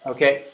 Okay